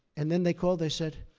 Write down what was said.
and then they called. they said,